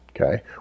okay